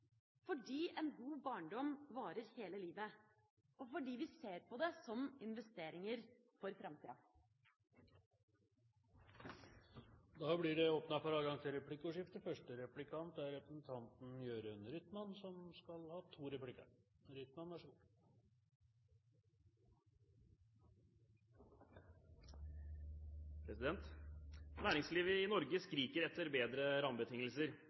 fordi en god barndom varer hele livet, og fordi vi ser på det som investeringer for framtida. Det blir replikkordskifte. Næringslivet i Norge skriker etter bedre rammebetingelser.